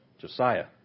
Josiah